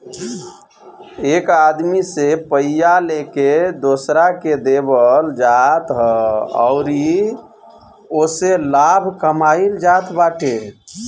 एक आदमी से पइया लेके दोसरा के देवल जात ह अउरी ओसे लाभ कमाइल जात बाटे